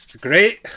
great